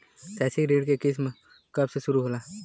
शैक्षिक ऋण क किस्त कब से शुरू होला?